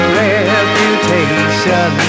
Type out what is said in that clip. reputation